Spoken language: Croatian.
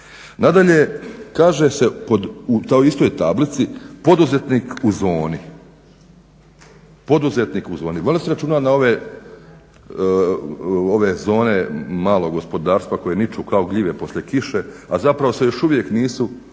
Nadalje kaže se u toj istoj tablici poduzetnik u zoni. Valjda se računa na ove zone malog gospodarstva koji niču kao gljive poslije kiše a zapravo se još uvijek nisu